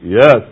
Yes